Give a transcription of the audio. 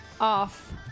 off